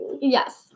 Yes